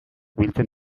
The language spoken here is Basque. biltzen